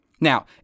Now